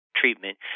treatment